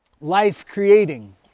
life-creating